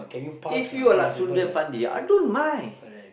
if you are like Sundram Fandi I don't mind